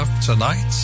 tonight